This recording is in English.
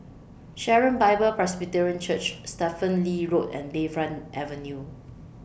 Sharon Bible Presbyterian Church Stephen Lee Road and Bayfront Avenue